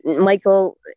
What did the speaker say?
Michael